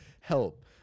Help